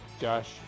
Josh